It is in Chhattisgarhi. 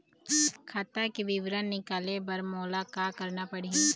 खाता के विवरण निकाले बर मोला का करना पड़ही?